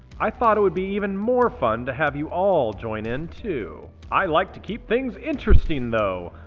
i thought it would be even more fun to have you all join in too. i like to keep things interesting though,